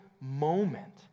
moment